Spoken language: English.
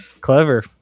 Clever